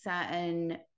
certain